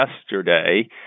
yesterday